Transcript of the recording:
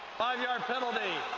five yard penalty.